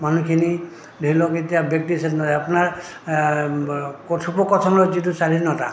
মানুহখিনি ধৰি লওক এতিয়া ব্যক্তি স্বাধীনতা আপোনাৰ কথোপকথনৰ যিটো স্বাধীনতা